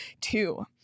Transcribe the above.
two